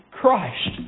Christ